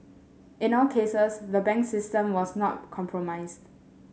in all cases the bank system was not compromised